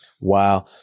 Wow